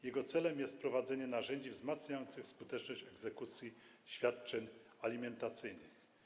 Jego celem jest wprowadzenie narzędzi wzmacniających skuteczność egzekucji świadczeń alimentacyjnych.